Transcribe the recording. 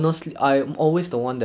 is it cadet cancel don't play